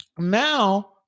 Now